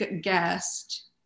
guest